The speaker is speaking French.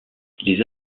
les